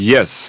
Yes